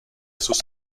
sus